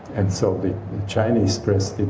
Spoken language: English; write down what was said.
and so the chinese press